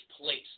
place